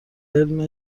علم